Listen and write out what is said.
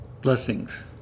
Blessings